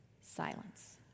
silence